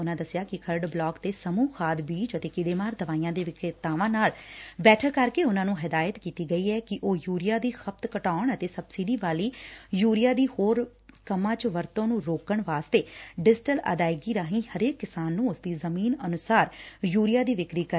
ਉਨਾਂ ਦਸਿਆ ਕਿ ਖਰੜ ਬਲਾਕ ਦੇ ਸਮੁਹ ਖਾਦ ਬੀਜ ਅਤੇ ਕੀੜੇਮਾਰ ਦਵਾਈਆਂ ਦੇ ਵਿਕਰੇਤਾਵਾਂ ਨਾਲ ਬੈਠਕ ਕਰਕੇ ਉਨਾਂ ਨੰ ਹਦਾਇਤ ਕੀਤੀ ਗਈ ਐ ਕਿ ਉਹ ਯੁਰੀਆ ਦੀ ਖ਼ਪਤ ਘਟਾਉਣ ਅਤੇ ਸਬਸਿਡੀ ਵਾਲੀ ਯੁਰੀਆ ਦੀ ਹੋਰ ਕੰਮਾ ਵਿਚ ਵਰਤੈਂ ਨੌ ਰੋਕਣ ਵਸਤੇ ਡਿਜੀਟਲ ਅਦਾਇਗੀ ਰਾਹੀਂ ਹਰੇਕ ਕਿਸਾਨ ਨੂੰ ਉਸਦੀ ਜ਼ਮੀਨ ਅਨੁਸਾਰ ਯੁਰੀਆ ਦੀ ਵਿਕਰੀ ਕਰਨ